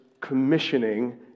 commissioning